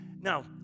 Now